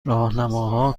راهنماها